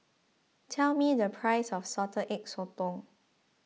tell me the price of Salted Egg Sotong